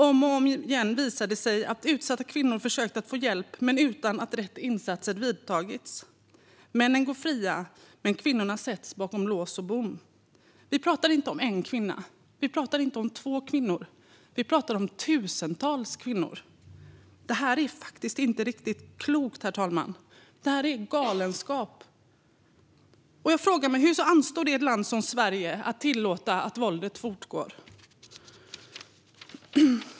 Om och om igen visar det sig att utsatta kvinnor försökt att få hjälp utan att rätt åtgärder vidtagits. Männen går fria, men kvinnorna sätts bakom lås och bom. Vi pratar inte om en eller två kvinnor, utan vi pratar om tusentals kvinnor. Det här är faktiskt inte riktigt klokt, herr talman. Det här är galenskap. Jag frågar mig: Hur anstår det ett land som Sverige att tillåta att våldet fortgår?